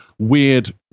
weird